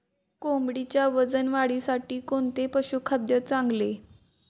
कोंबडीच्या वजन वाढीसाठी कोणते पशुखाद्य चांगले?